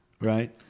right